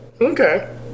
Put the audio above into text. Okay